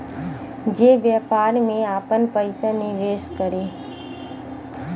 जे व्यापार में आपन पइसा निवेस करी